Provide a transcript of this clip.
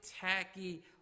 tacky